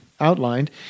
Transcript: outlined